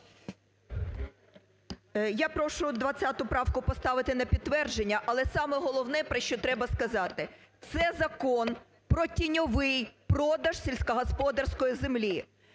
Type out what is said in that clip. Я прошу 20 правку поставити на підтвердження. Але саме головне, про що треба сказати, це Закон про тіньовий продаж сільськогосподарської землі.